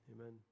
amen